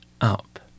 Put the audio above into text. up